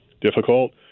difficult